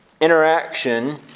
interaction